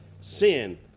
sin